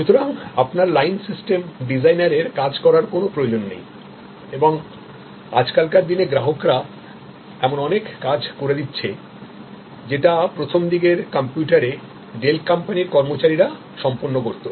সুতরাং আপনার line system ডিজাইনারের কাজ করার কোন প্রয়োজন নেই এবং আজকালকার দিনেগ্রাহকরা এমন অনেক কাজ করে দিচ্ছে যেটা প্রথমদিকের কম্পিউটারে ডেল কোম্পানীর কর্মচারীরা সম্পন্ন করতো